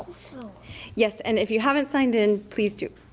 so yes and if you haven't signed in please do.